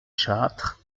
châtres